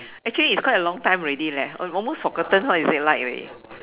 actually it's quite a long time already leh almost forgotten how is it like already